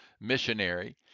missionary